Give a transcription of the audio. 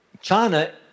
China